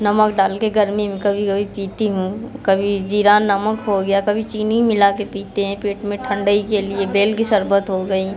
नमक डाल के गर्मी में कभी कभी पीती हूँ कभी जीरा नमक हो गया कभी चीनी मिला के पीते हैं पेट में ठंडई के लिए बेल की शरबत हो गईं